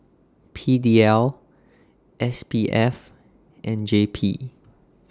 P D L S P F and J P